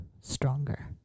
stronger